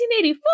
1984